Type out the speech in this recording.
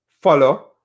Follow